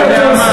מה יותר זכות,